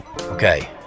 Okay